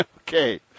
Okay